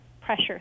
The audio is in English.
pressure